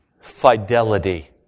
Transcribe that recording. fidelity